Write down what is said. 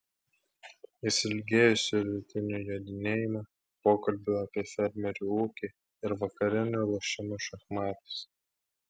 jis ilgėjosi rytinių jodinėjimų pokalbių apie fermerių ūkį ir vakarinių lošimų šachmatais